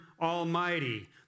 Almighty